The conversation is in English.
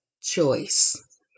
choice